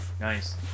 Nice